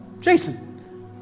Jason